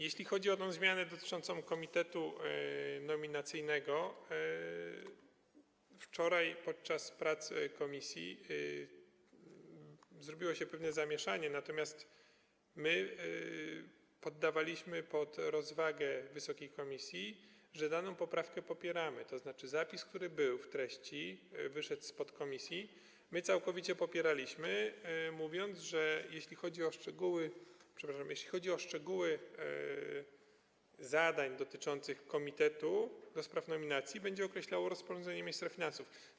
Jeśli chodzi o zmianę dotyczącą komitetu nominacyjnego, wczoraj podczas prac komisji zrobiło się pewne zamieszanie, natomiast my poddawaliśmy pod rozwagę Wysokiej Komisji, że daną poprawkę popieramy, tzn. zapis, który był w treści, wyszedł ze strony komisji, my całkowicie popieraliśmy, mówiąc, że jeśli chodzi o szczegóły zadań dotyczących komitetu do spraw nominacji, będzie to określało rozporządzenie ministra finansów.